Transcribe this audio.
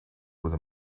with